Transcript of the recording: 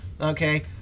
okay